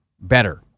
better